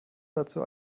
dazu